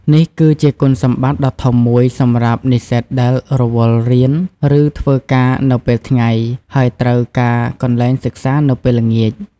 នេះគឺជាគុណសម្បត្តិដ៏ធំមួយសម្រាប់និស្សិតដែលរវល់រៀន ឬធ្វើការនៅពេលថ្ងៃ ហើយត្រូវការកន្លែងសិក្សានៅពេលល្ងាច។